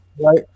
Right